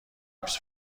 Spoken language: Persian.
لوکس